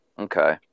Okay